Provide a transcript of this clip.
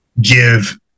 give